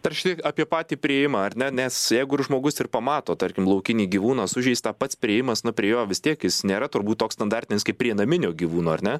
taršti apie patį priėjimą ar ne nes jeigu ir žmogus ir pamato tarkim laukinį gyvūną sužeistą pats priėjimas nu prie jo vis tiek jis nėra turbūt toks standartinis kaip prie naminio gyvūno ar ne